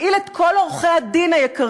אפעיל את כל עורכי-הדין היקרים,